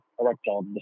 erectile